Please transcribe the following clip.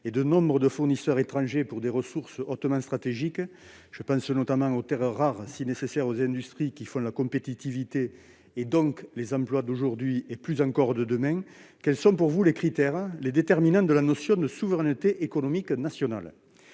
et de nombre de fournisseurs étrangers pour des ressources hautement stratégiques- je pense notamment aux terres rares, si nécessaires aux industries qui font la compétitivité et donc les emplois d'aujourd'hui, et plus encore de demain -, quels sont selon vous les critères, les déterminants de la notion de souveraineté économique nationale ?